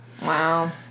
Wow